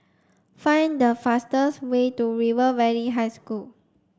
find the fastest way to River Valley High School